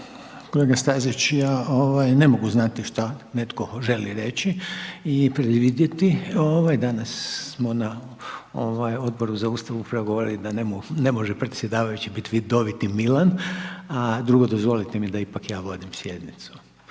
Kolega Stazić, ja ne mogu znati šta netko želi reći i predvidjeti, danas smo na Odboru za Ustav upravo govorili da ne može predsjedavajući biti vidoviti Milan a drugo, dozvolite mi da ipak ja vodim sjednicu